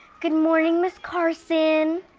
good morning, ms. carson.